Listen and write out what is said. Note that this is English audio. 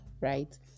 right